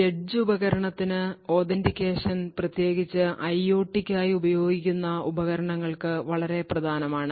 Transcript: edge ഉപകരണത്തിന് authentication പ്രത്യേകിച്ച് ഐഒടിയ്ക്കായി ഉപയോഗിക്കുന്ന ഉപകരണങ്ങൾക്ക് വളരെ പ്രധാനമാണ്